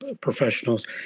professionals